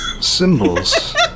symbols